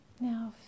Now